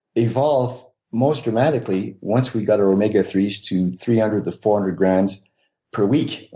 evolved most dramatically once we got our omega three s to three hundred to four hundred grams per week.